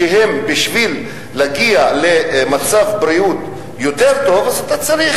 כי בשביל להגיע למצב יותר טוב בבריאות אתה צריך